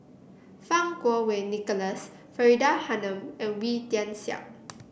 Fang Kuo Wei Nicholas Faridah Hanum and Wee Tian Siak